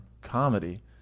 comedy